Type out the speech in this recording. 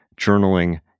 journaling